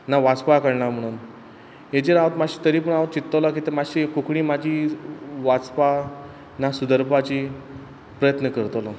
ना वाचपा कळणा म्हुणून हेजेर हांवत माश्श तरी पूण हांव चिंत्तोलो कित माश्शी कोंकणी म्हाजी वाचपा ना सुदरपाची प्रयत्न करतलो